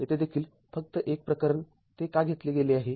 येथे देखील फक्त एक प्रकरण ते का घेतले गेले आहे